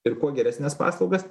ir kuo geresnes paslaugas